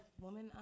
woman